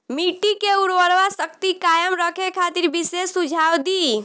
मिट्टी के उर्वरा शक्ति कायम रखे खातिर विशेष सुझाव दी?